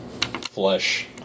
flesh